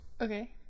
Okay